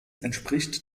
entspricht